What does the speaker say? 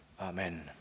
amen